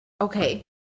Okay